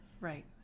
Right